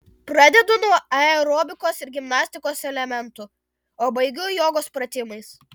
pradedu nuo aerobikos ir gimnastikos elementų o baigiu jogos pratimais